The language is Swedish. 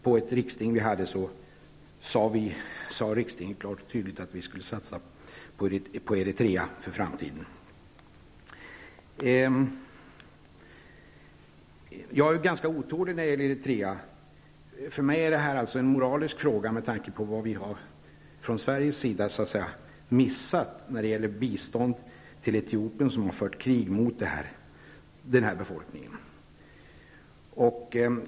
Det sades klart och tydligt att vi skulle satsa på Eritrea för framtiden. Jag är ganska otålig när det gäller Eritrea. För mig är det här en moralisk fråga, med tanke på vad vi från Sveriges sida har missat när det gäller bistånd till Etiopien, som har fört krig mot Eritreas befolkning.